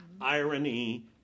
irony